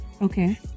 Okay